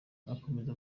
akomeza